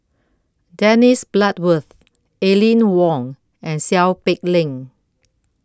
Dennis Bloodworth Aline Wong and Seow Peck Leng